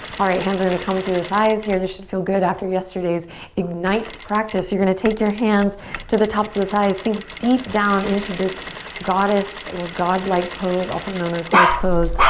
alright, hands are to come to the thighs here. this should feel good after yesterday's ignite practice. you're going to take your hands to the tops of the thighs sink deep down into this goddess or god-like pose, also known as horse pose.